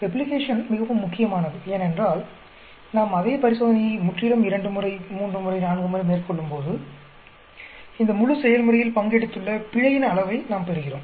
replication மிகவும் முக்கியமானது ஏனென்றால் நாம் அதே பரிசோதனையை முற்றிலும் இரண்டு முறை மூன்று முறை நான்கு முறை மேற்கொள்ளும்போது இந்த முழு செயல்முறையில் பங்கெடுத்துள்ள பிழையின் அளவை நாம் பெறுகிறோம்